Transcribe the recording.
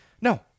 no